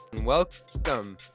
Welcome